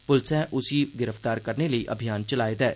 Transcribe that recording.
पुलसै उसी गिरफ्तार करने लेई अभियान चलाए दा ऐ